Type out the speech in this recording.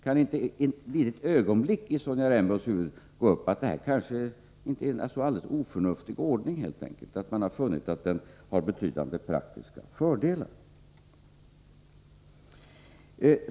Kan inte Sonja Rembo för ett ögonblick få in i sitt huvud att detta kanske inte är en alldeles oförnuftig ordning, utan att man har funnit att den har betydande praktiska fördelar?